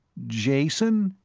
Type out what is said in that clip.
jason?